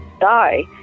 die